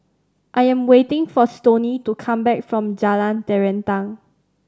I am waiting for Stoney to come back from Jalan Terentang